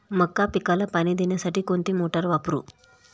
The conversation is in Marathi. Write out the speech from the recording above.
मका पिकाला पाणी देण्यासाठी कोणती मोटार वापरू?